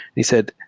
he said,